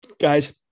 guys